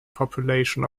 population